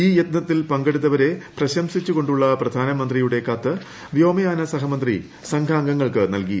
ഈ യത്നത്തിൽ പങ്കെടുത്തവരെ പ്രശംസിച്ചു കൊണ്ടുള്ള പ്രധാനമന്ത്രിയുടെ കത്ത് വ്യോമയാന സഹമന്ത്രി സംഘാംഗങ്ങൾക്ക് നല്കി